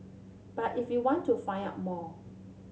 but if you want to find out more